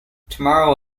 tomorrow